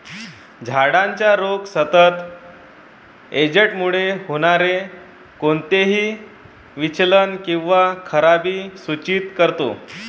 झाडाचा रोग सतत एजंटमुळे होणारे कोणतेही विचलन किंवा खराबी सूचित करतो